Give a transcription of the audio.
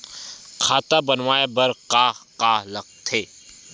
खाता बनवाय बर का का लगथे?